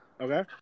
okay